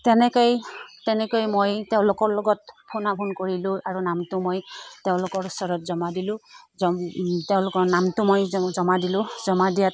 তেনেকৈয়ে তেনেকৈ মই তেওঁলোকৰ লগত ফোনা ফোন কৰিলোঁ আৰু নামটো মই তেওঁলোকৰ ওচৰত জমা দিলোঁ তেওঁলোকৰ নামটো মই জমা দিলোঁ জমা দিয়াত